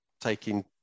taking